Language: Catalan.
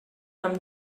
amb